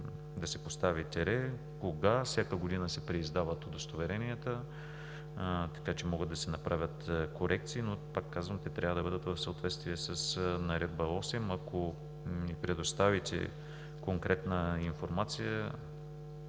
да се постави тире. Кога – всяка година се преиздават удостоверенията, така че могат да се направят корекции, но, пак казвам, те трябва да бъдат в съответствие с Наредба № 8. Ако ни предоставите конкретна информация,